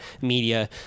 media